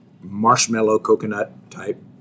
marshmallow-coconut-type